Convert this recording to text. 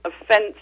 offense